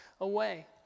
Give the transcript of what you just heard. away